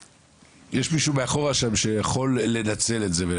יש מישהו מאחור שם שיכול לנצל את זה.